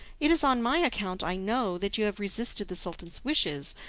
it is on my account, i know, that you have resisted the sultan's wishes,